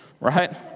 right